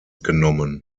genommen